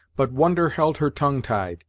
but wonder held her tongue tied,